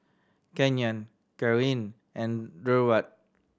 Canyon Kaaren and Durward